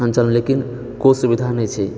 अञ्चलमे लेकिन कोइ सुविधा नही छै